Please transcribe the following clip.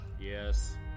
Yes